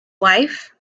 wife